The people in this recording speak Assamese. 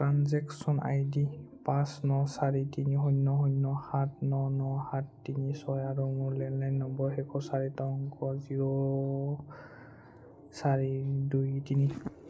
ট্ৰেনজেকশ্যন আই ডি পাঁচ ন চাৰি তিনি শূন্য শূন্য সাত ন ন সাত তিনি ছয় আৰু মোৰ লেণ্ডলাইন নম্বৰৰ শেষৰ চাৰিটা অংক জিৰ' চাৰি দুই তিনি